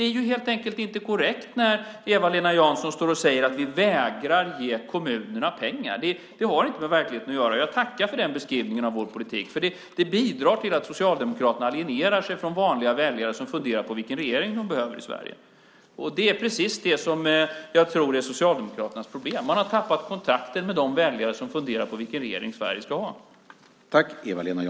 Det är helt enkelt inte korrekt när Eva-Lena Jansson står och säger att vi vägrar att ge kommunerna pengar. Det har inte med verkligheten att göra. Jag tackar för den beskrivningen av vår politik. För det bidrar till att Socialdemokraterna alienerar sig från vanliga väljare som funderar på vilken regering de behöver i Sverige. Det är precis det som jag tror är Socialdemokraternas problem. Man har tappat kontakten med de väljare som funderar på vilken regering Sverige ska ha.